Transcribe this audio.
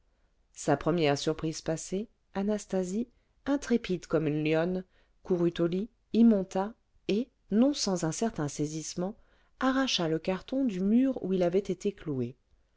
sa première surprise passée anastasie intrépide comme une lionne courut au lit y monta et non sans un certain saisissement arracha le carton du mur où il avait été cloué